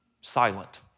silent